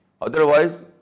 Otherwise